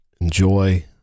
enjoy